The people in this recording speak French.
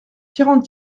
quarante